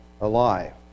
alive